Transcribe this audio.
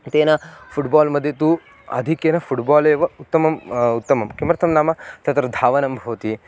तेन फ़ुट्बाल् मध्ये तु आधिकेन फ़ुट्बाल् एव उत्तमम् उत्तमं किमर्थं नाम तत्र धावनं भवति